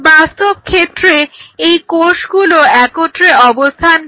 বাস্তবক্ষেত্রে এই কোষগুলো একত্রে অবস্থান করে